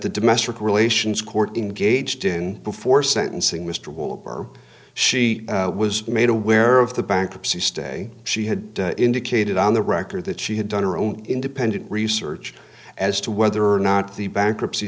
the domestic relations court engaged in before sentencing mr walsh or she was made aware of the bankruptcy stay she had indicated on the record that she had done her own independent research as to whether or not the bankruptcy